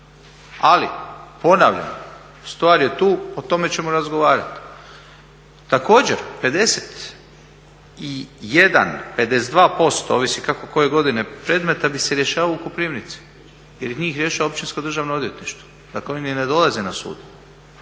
Ali ponavljam, stvar je tu o tome ćemo razgovarati. Također, 51, 52% ovisi kako koje godine predmeta bi se rješavalo u Koprivnici jer njih rješava Općinsko državno odvjetništvo. Dakle, oni ni ne dolaze na sud.